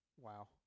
wow